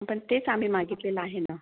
पण तेच आम्ही मागितलेलं आहे ना